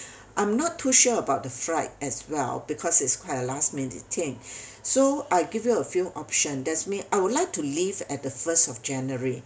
I'm not too sure about the flight as well because it's quite a last minute thing so I give you a few option that's mean I would like to leave at the first of january